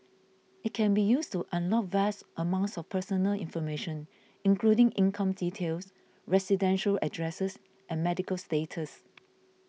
it can be used to unlock vast amounts of personal information including income details residential address and medical status